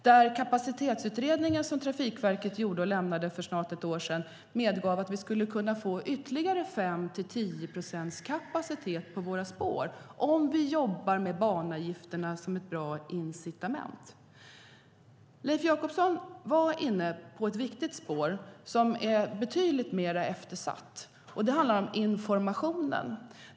Den kapacitetsutredning som Trafikverket gjorde för snart ett år sedan medgav att vi skulle kunna få ytterligare 5-10 procents kapacitet på våra spår om vi jobbar med banavgifterna som ett bra incitament. Leif Jakobsson var inne på något som är betydligt mer eftersatt, nämligen informationen.